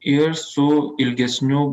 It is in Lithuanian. ir su ilgesniu